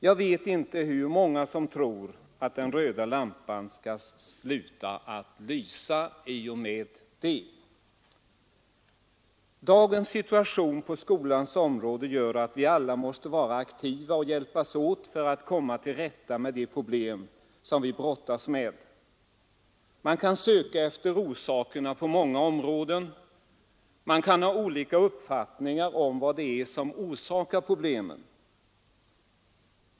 Jag vet inte hur många som tror att den röda lampan skall sluta att lysa i och med detta. Dagens situation på skolans område medför att vi alla måste vara aktiva och hjälpas åt för att komma till rätta med de problem vi brottas med. Man kan söka efter orsakerna på många områden. Man kan ha olika uppfattningar om vad det är som åstadkommer problemen.